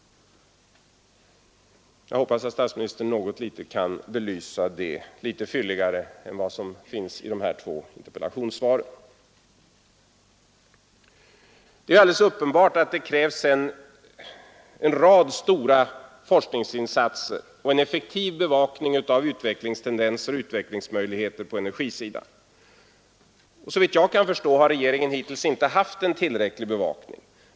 Jag hoppas att statsministern kan belysa den saken något fylligare än vad som skett i dessa två interpellationssvar. Det är alldeles uppenbart att det krävs en rad stora forskningsinsatser och en effektiv bevakning av utvecklingstendenser och utvecklingsmöjligheter på energisidan. Såvitt jag kan förstå har regeringen hittills inte haft en tillräcklig bevakning.